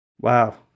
Wow